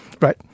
right